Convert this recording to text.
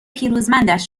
پیروزمندش